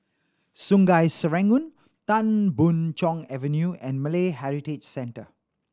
Sungei Serangoon Tan Boon Chong Avenue and Malay Heritage Centre